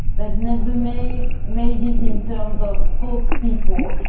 that never made made it in terms of spokespeople,